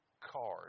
card